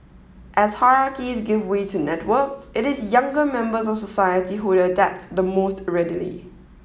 as hierarchies give way to networks it is younger members of society who adapt the most readily